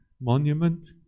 monument